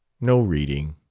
no reading.